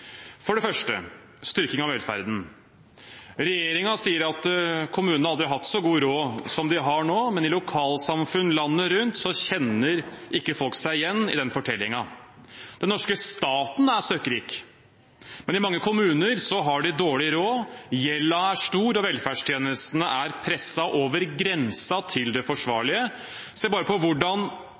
For det første: Styrking av velferden. Regjeringen sier at kommunene har aldri hatt så god råd som det de har nå, men i lokalsamfunn landet rundt kjenner ikke folk seg igjen i den fortellingen. Den norske staten er søkkrik, men i mange kommuner har de dårlig råd, gjelden er stor og velferdstjenestene er presset – over grensen til det forsvarlige. Se bare på hvordan